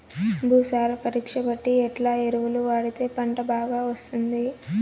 భూసార పరీక్ష బట్టి ఎట్లా ఎరువులు వాడితే పంట బాగా వస్తుంది?